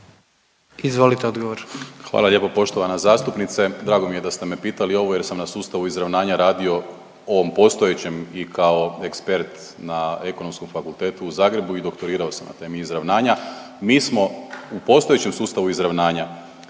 Marko** Hvala lijepo poštovana zastupnice. Drago mi je da ste me pitali ovo jer sam na sustavu izravnanja radio ovom postojećem i kao ekspert na Ekonomskom fakultetu u Zagrebu i doktorirao sam na temi izravnanja. Mi smo u postojećem sustavu izravnanja